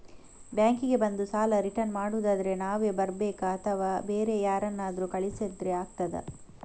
Bank ಗೆ ಬಂದು ಸಾಲ ರಿಟರ್ನ್ ಮಾಡುದಾದ್ರೆ ನಾವೇ ಬರ್ಬೇಕಾ ಅಥವಾ ಬೇರೆ ಯಾರನ್ನಾದ್ರೂ ಕಳಿಸಿದ್ರೆ ಆಗ್ತದಾ?